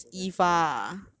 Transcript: progress progress progress